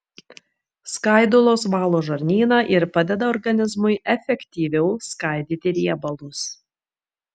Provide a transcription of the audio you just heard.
skaidulos valo žarnyną ir padeda organizmui efektyviau skaidyti riebalus